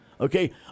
okay